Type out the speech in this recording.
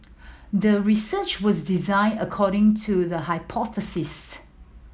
the research was designed according to the hypothesis